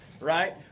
right